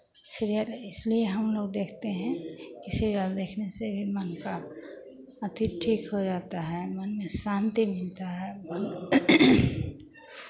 serial इसलिए हम लोग देखते हैं कि सीरियल देखने से भी मन का अथि ठीक हो जाता है मन में शान्ति मिलता है मन